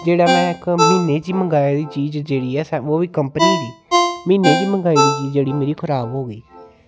जेह्ड़ा में इक म्हीने च ई मंगाया ई जेह्ड़ी चीज ऐ ओह्बी कंपनी दी म्हीनै च गै मंगाई गेदी मेरी चीज खराब होई गेई